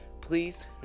please